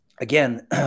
again